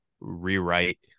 rewrite